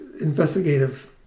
Investigative